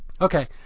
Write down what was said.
Okay